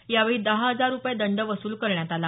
यावेळी दहा हजार रुपये दंड वसूल करण्यात आला